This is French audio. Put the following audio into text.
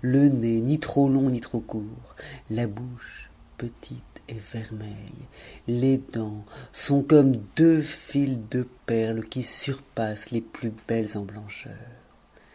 le nez ni trop long ni trop court la bouche miteetvermeihe les dents sont comme deux files de pei les qui surpassent les plus belles en blancheur